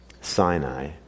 Sinai